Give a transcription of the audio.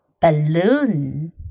balloon